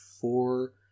four